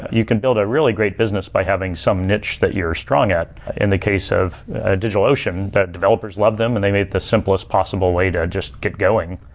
you can build a really great business by having some niche that you're strong at. in the case of digital ocean, the developers love them and they made the simplest possible way to just get going.